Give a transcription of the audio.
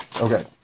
Okay